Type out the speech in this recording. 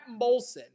Molson